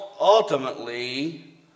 ultimately